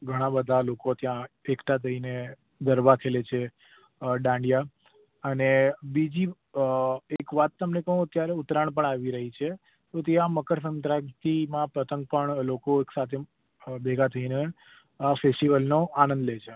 ઘણાં બધાં લોકો ત્યાં એકઠાં થઈને ગરબા ખેલે છે દાંડિયા અને બીજી એક વાત તમને કહું અત્યારે ઉત્તરાયણ પણ આવી રહી છે તો ત્યાં મકરસંક્રાંતિમાં પતંગ પણ લોકો એકસાથે ભેગાં થઈને ફેસ્ટિવલનો આનંદ લે છે